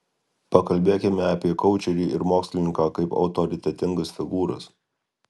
pakalbėkime apie koučerį ir mokslininką kaip autoritetingas figūras